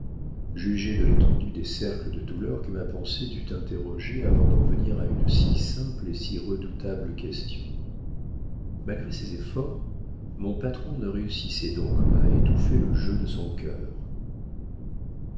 jugez de l'étendue des cercles de douleur que ma pensée dut interroger avant d'en venir à une si simple et si redoutable question malgré ses efforts mon patron ne réussissait donc pas à étouffer le jeu de son cœur